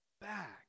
back